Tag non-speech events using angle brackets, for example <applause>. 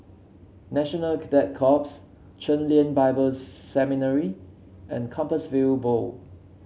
National Cadet Corps Chen Lien Bible <unintelligible> Seminary and Compassvale Bow